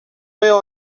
veo